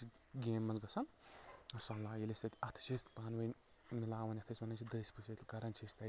گیمہِ منٛز گژھان صلح ییٚلہِ أسۍ تَتہِ اَتھٕ چھِ أسۍ پانہٕ ؤنۍ مِلاوان یَتھ أسۍ وَنان چھِ دٔسۍ پوٗسۍ أسۍ کران چھِ تَتہِ